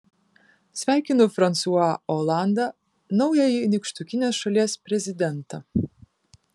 sveikinu fransua olandą naująjį nykštukinės šalies prezidentą